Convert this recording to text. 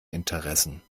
interessen